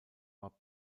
war